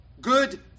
good